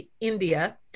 India